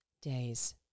days